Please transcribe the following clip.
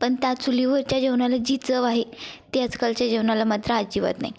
पण त्या चुलीवरच्या जेवणाला जी चव आहे ती आजकालच्या जेवणाला मात्र अजिबात नाही